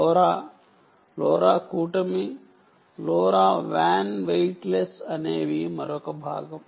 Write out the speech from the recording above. LoRa LoRa alliance LoRaWAN weightless అనేవి మరొక భాగం